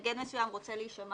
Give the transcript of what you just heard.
מתנגד מסוים רוצה להישמע